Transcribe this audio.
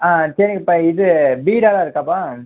ஆ சரிங்கப்பா இது பீடாஎல்லாம் இருக்காப்பா